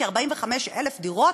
כ-45,000 דירות,